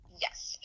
Yes